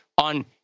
on